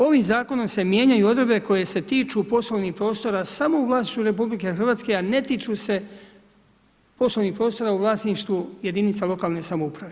Ovim zakonom se mijenjaju odredbe koje se tiču poslovnih prostora samo u vlasništvu RH a ne tiču se poslovnih prostora u vlasništvu jedinica lokalne samouprave.